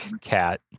Cat